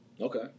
okay